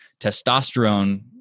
Testosterone